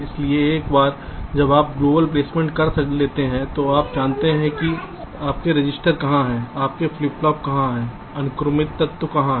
इसलिए एक बार जब आप वैश्विक प्लेसमेंट कर लेते हैं तो आप जानते हैं कि आपके रजिस्टर कहां हैं आपके फ्लिप फ्लॉप कहां हैं अनुक्रमिक तत्व हैं